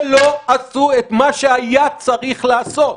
ולא עשו את מה שהיה צריך לעשות,